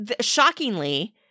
shockingly